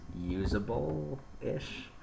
usable-ish